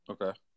Okay